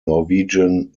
norwegian